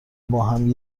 باهم